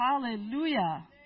hallelujah